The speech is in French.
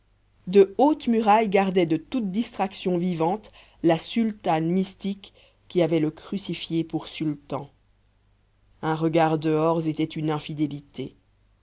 de hautes murailles gardaient de toute distraction vivante la sultane mystique qui avait le crucifié pour sultan un regard dehors était une infidélité